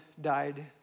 died